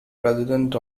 president